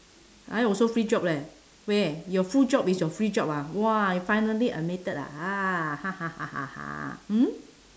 I also free job leh where your full job is your free job ah !wah! finally admitted ah ah mm